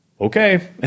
okay